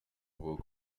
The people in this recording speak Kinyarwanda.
avuga